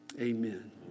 amen